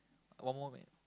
got one more man